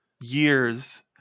years